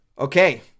Okay